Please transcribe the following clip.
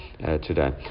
today